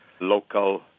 local